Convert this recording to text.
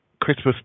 Christmas